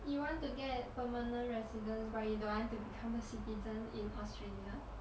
you want to get permanent residents but you don't want to become a citizen in australia